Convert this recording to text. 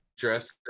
dress